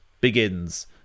begins